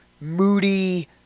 moody